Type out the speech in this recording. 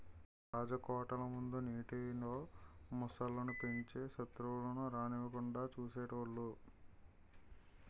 రాజకోటల ముందు నీటిలో మొసళ్ళు ను పెంచి సెత్రువులను రానివ్వకుండా చూసేటోలు